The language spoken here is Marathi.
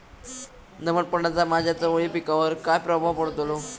दमटपणाचा माझ्या चवळी पिकावर काय प्रभाव पडतलो?